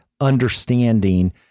understanding